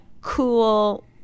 Cool